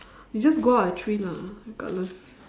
we just go out at three lah regardless